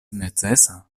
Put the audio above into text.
necesa